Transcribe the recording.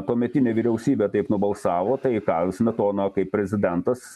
tuometinė vyriausybė taip nubalsavo tai ką smetona kaip prezidentas